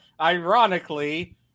Ironically